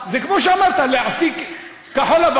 זה כמו שאמרת, להעסיק כחול-לבן.